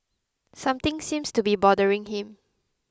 something seems to be bothering him